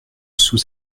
sous